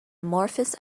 amorphous